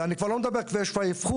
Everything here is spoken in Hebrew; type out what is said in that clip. אני כבר לא מדבר כשכבר יש לך אבחון